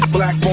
Black